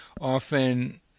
often